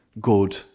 good